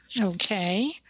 Okay